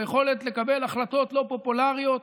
ביכולת לקבל החלטות לא פופולריות.